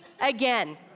again